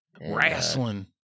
wrestling